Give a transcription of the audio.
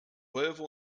volvo